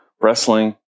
wrestling